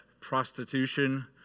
prostitution